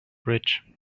bridge